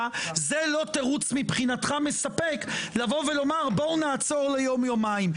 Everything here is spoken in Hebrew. זה לא תירוץ מבחינתך מספק לומר בואו נעצור ליום-יומיים.